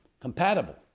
compatible